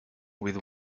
with